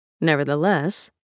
Nevertheless